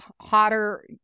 hotter